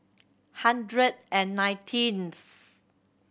hundred and nineteenth